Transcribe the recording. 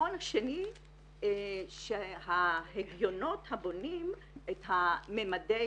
העיקרון השני שההגיונות הבונים את מימדי